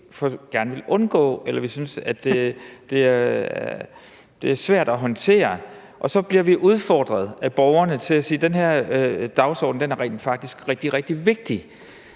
være spørgsmål, som vi synes er svære at håndtere. Så bliver vi udfordret af borgerne til at sige, at den her dagsorden faktisk er rigtig, rigtig vigtig.